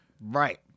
right